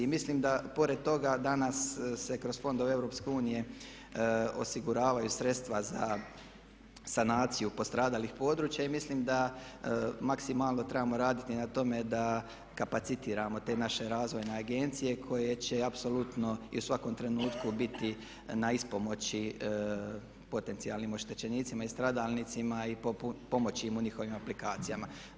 Mislim da pored toga danas se kroz fondove EU osiguravaju sredstva za sanaciju stradalih područja i mislim da maksimalno trebamo raditi na tome da kapacitiramo te naše razvojne agencije koje će apsolutno i u svakom trenutku biti na ispomoći potencijalnim oštećenicima i stradalnicima i pomoći im u njihovim aplikacijama.